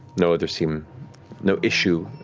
no others seem no issue.